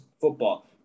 football